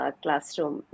classroom